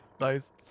nice